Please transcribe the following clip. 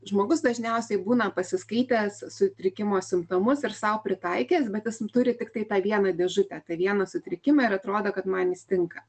žmogus dažniausiai būna pasiskaitęs sutrikimo simptomus ir sau pritaikęs bet jis turi tiktai tą vieną dėžutę tą vieną sutrikimą ir atrodo kad man jis tinka